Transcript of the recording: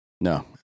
No